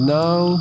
now